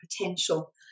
potential